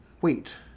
wait